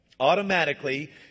automatically